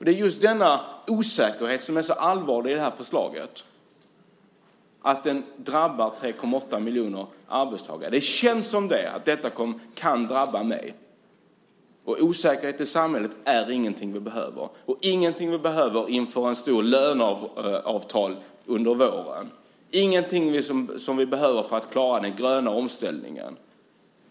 Det är denna osäkerhet som är så allvarlig med förslaget, och den drabbar 3,8 miljoner arbetstagare. Det känns som om det kan drabba just mig. Osäkerhet i samhället är ingenting vi behöver. Det är ingenting vi behöver inför en stor avtalsrörelse under våren, och heller ingenting vi behöver för att klara den gröna omställningen.